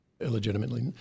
illegitimately